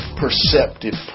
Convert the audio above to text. perceptive